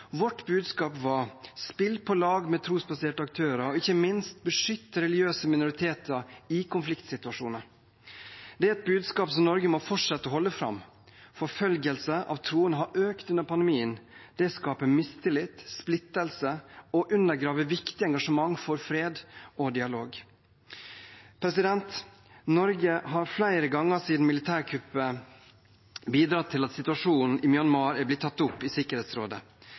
Vårt budskap var: Spill på lag med trosbaserte aktører, og – ikke minst – beskytt religiøse minoriteter i konfliktsituasjoner. Det er et budskap som Norge må fortsette å holde fram. Forfølgelse av troende har økt under pandemien. Det skaper mistillit, splittelse og undergraver viktig engasjement for fred og dialog. Norge har flere ganger siden militærkuppet bidratt til at situasjonen i Myanmar er blitt tatt opp i Sikkerhetsrådet.